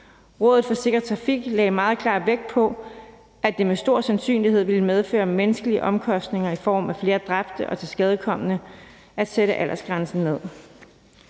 Rådet for Sikker Trafik lagde meget klar vægt på, at det med stor sandsynlighed ville medføre menneskelige omkostninger i form af flere dræbte og tilskadekomne at sætte aldersgrænsen ned.